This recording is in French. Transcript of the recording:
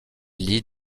lit